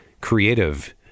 creative